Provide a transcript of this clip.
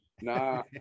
Nah